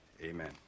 Amen